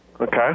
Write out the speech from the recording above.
Okay